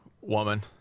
woman